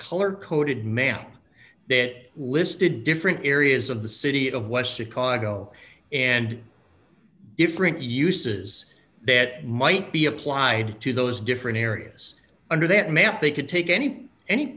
color coded man that listed different areas of the city of west because i go and different uses that might be applied to those different areas under that map they could take any any